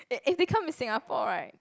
if if they come in Singapore right